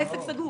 העסק סגור.